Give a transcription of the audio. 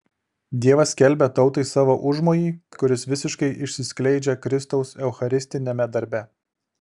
dievas skelbia tautai savo užmojį kuris visiškai išsiskleidžia kristaus eucharistiniame darbe